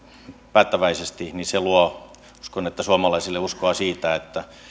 päättäväisesti luo näin uskon suomalaisille uskoa siitä että